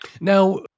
Now